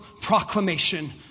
proclamation